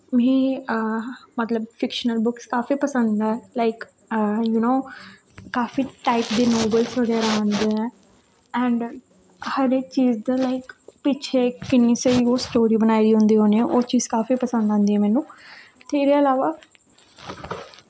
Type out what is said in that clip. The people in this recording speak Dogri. मिगी मतलब फिक्शनल बुक्स काफी पसंद ऐ लाईक यू नो काफी टाईप दे मिलदे ऐ ऐंड हर इक चीज़ दे लाईक पिच्छे किन्नी स्हेई ओह् स्टोरी बनाई दी होंदी ऐ ओह् चीज़ा काफी पसंद आंदी मैनू ते एह्दे इलावा